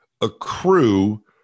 accrue